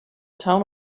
town